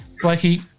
Blakey